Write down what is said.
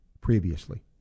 previously